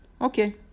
Okay